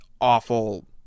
awful